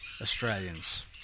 Australians